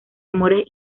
amores